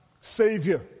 savior